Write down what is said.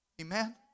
Amen